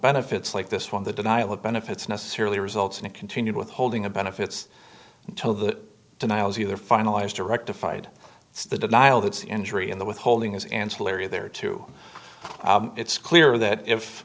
benefits like this one the denial of benefits necessarily results in a continued withholding a benefits until the denials either finalized or rectified the denial that is injury in the withholding is ancillary there too it's clear that if